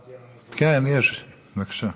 כן, יש, בבקשה.